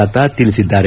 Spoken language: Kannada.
ಲತಾ ತಿಳಿಸಿದ್ದಾರೆ